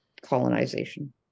colonization